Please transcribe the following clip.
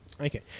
Okay